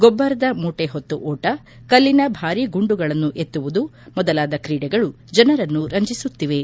ಗೊಬ್ಬರದ ಮೂಟೆ ಹೊತ್ತು ಓಟ ಕಲ್ಲಿನ ಭಾರಿ ಗುಂಡುಗಳನ್ನು ಎತ್ತುವುದು ಮೊದಲಾದ ಕ್ರೀಡೆಗಳು ಜನರನ್ನು ರಂಜಿಸುತ್ತಿವೆ